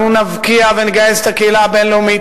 אנחנו נבקיע ונגייס את הקהילה הבין-לאומית,